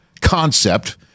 concept